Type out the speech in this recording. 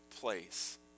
place